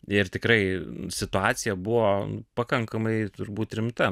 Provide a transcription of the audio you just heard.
ir tikrai situacija buvo pakankamai turbūt rimta